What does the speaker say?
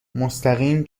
مستقیم